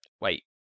wait